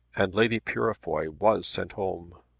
and lady purefoy was sent home.